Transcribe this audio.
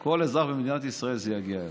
כל אזרח במדינת ישראל, זה יגיע אליו.